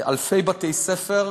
אלפי בתי-ספר.